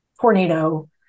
tornado